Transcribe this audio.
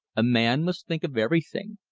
a man must think of everything,